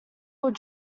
would